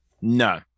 no